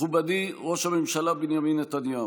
מכובדי ראש הממשלה בנימין נתניהו,